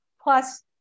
plus